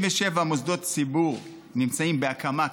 97 מוסדות ציבור נמצאים בהקמה כרגע,